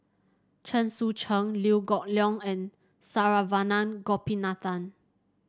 Chen Sucheng Liew Geok Leong and Saravanan Gopinathan